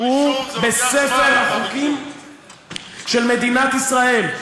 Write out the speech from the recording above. הוא בספר החוקים של מדינת ישראל.